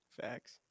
Facts